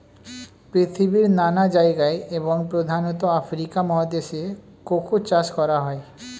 পৃথিবীর নানা জায়গায় এবং প্রধানত আফ্রিকা মহাদেশে কোকো চাষ করা হয়